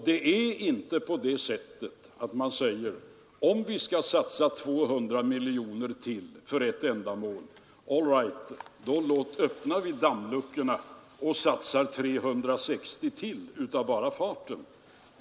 Det är inte på det viset att man säger att om vi skall satsa 200 miljoner kronor till för ett ändamål så kan vi öppna dammluckorna och satsa ytterligare 360 miljoner kronor av bara farten.